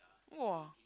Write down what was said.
!wah!